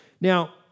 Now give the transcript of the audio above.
Now